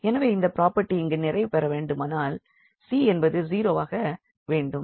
எனவே இந்த ப்ராபெர்ட்டி இங்கு நிறைவு பெற வேண்டுமானால் c என்பது 0 ஆகவேண்டும்